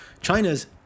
China's